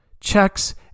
Checks